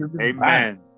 amen